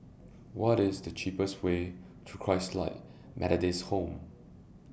What IS The cheapest Way to Christalite Methodist Home